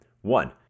One